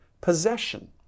possession